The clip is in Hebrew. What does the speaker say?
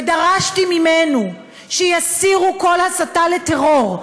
ודרשתי ממנו שיסירו כל הסתה לטרור,